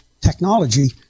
technology